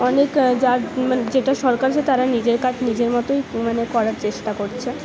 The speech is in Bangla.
অনেক যার মানে যেটা সরকারের সাথে তারা নিজের কাজ নিজের মতোই মানে করার চেষ্টা করছে